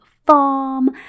farm